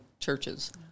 Churches